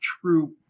true